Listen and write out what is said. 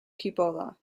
cupola